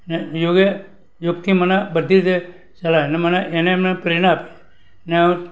અને યોગ એ યોગથી મને બધી રીતે સલાહ એને મને પ્રેરણા આપી અને